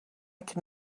can